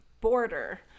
border